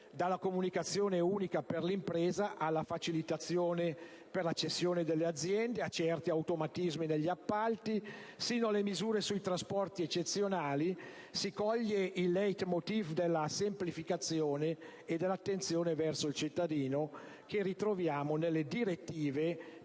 Dalla comunicazione unica per l'impresa, alla facilitazione per la cessione delle aziende, a certi automatismi negli appalti, sino alle misure sui trasporti eccezionali si coglie il *leit motiv* della semplificazione e dell'attenzione verso il cittadino che ritroviamo nelle direttive per gli